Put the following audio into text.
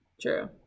True